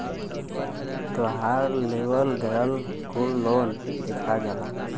तोहार लेवल गएल कुल लोन देखा जाला